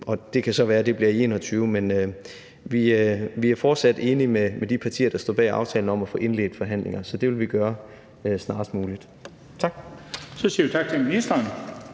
det kan så være, at det bliver i 2021. Men vi er fortsat enige med de partier, som stod bag aftalen om at indlede forhandlingerne, så det vil vi gøre snarest muligt. Tak.